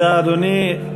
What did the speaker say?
תודה, אדוני.